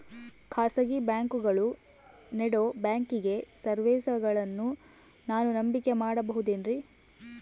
ಖಾಸಗಿ ಬ್ಯಾಂಕುಗಳು ನೇಡೋ ಬ್ಯಾಂಕಿಗ್ ಸರ್ವೇಸಗಳನ್ನು ನಾನು ನಂಬಿಕೆ ಮಾಡಬಹುದೇನ್ರಿ?